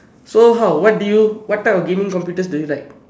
so how what did you what type of gaming computers do you like